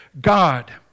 God